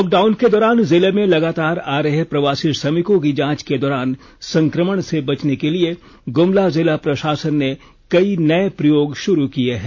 lock down के दौरान जिले में लगातार आ रहे प्रवासी श्रमिकों की जांच के दौरान संक्रमण से बचने के लिए गुमला जिला प्रशासन ने कई नए प्रयोग शुरू किए हैं